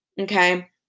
okay